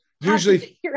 usually